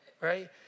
right